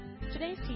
Today's